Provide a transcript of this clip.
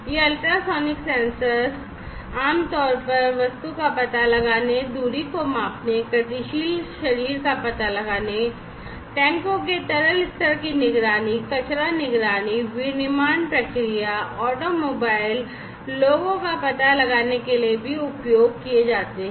ये ultrasonic sensor आमतौर पर वस्तु का पता लगाने दूरी को मापने गतिशील शरीर का पता लगाने टैंकों के तरल स्तर की निगरानी कचरा निगरानी विनिर्माण प्रक्रिया ऑटोमोबाइल लोगों का पता लगाना के लिए भी उपयोग किए जाते हैं